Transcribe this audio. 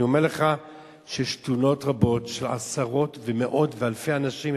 אני אומר לך שיש תלונות רבות של עשרות ומאות ואלפי אנשים,